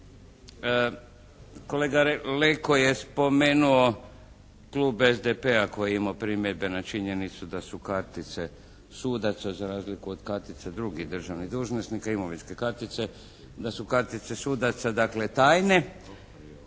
kolega Leko je spomenuo klub SDP-a koji je imao primjedbe na činjenicu da su kartice sudaca za razliku od kartica drugih državnih dužnosnika, imovinske kartice, da su kartice sudaca dakle